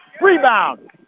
Rebound